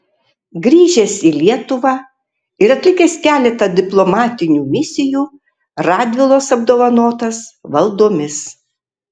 grįžęs į lietuvą ir atlikęs keletą diplomatinių misijų radvilos apdovanotas valdomis